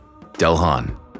Delhan